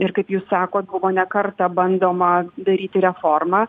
ir kaip jūs sakot buvo ne kartą bandoma daryti reformą